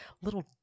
little